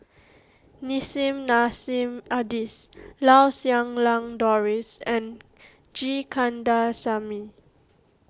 Nissim Nassim Adis Lau Siew Lang Doris and G Kandasamy